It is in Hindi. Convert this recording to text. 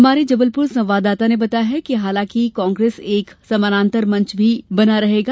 हमारे जबलपुर संवाददाता ने बताया है कि कांग्रेस एक समानान्तर मंच भी बना रही है